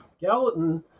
Gallatin